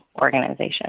organization